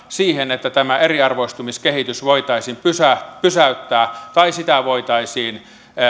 siihen että tämä eriarvoistumiskehitys voitaisiin pysäyttää pysäyttää tai sitä voitaisiin